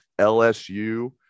LSU